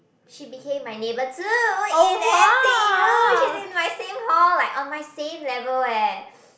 she became my neighbor too in N_T_U she's in my same hall like on my same level eh